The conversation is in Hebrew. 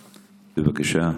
בבקשה,